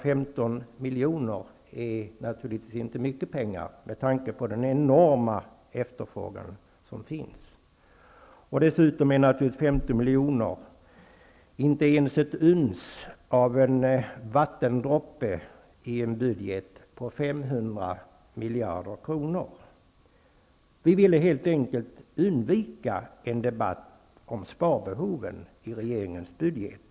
15 milj.kr. är naturligtvis inte mycket pengar med tanke på den enorma efterfrågan. 15 milj.kr. är naturligtvis inte ens ett uns av en vattendroppe i en budget på 500 miljarder kronor. Vi ville helt enkelt undvika en debatt om sparbehoven i regeringens budget.